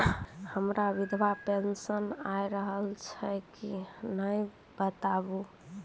हमर वृद्धा पेंशन आय रहल छै कि नैय बताबू?